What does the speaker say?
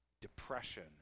depression